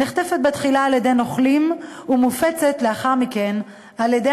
נחטפת בתחילה על-ידי נוכלים ומופצת לאחר מכן על-ידי